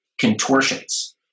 contortions